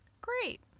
Great